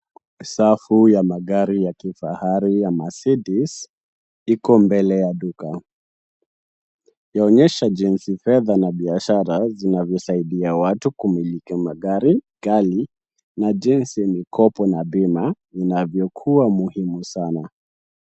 Safu ya magari ya kifahari ya Mercedes iko mbele ya duka. Yaonyesha jinsi fedha na biashara zinavyosaidia watu kumiliki magari ghali na jinsi mikopo na bima inavyokuwa muhimu sana.